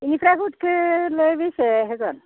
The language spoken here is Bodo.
बेनिफ्राय हुदखौलाय बेसे होगोन